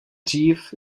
dřív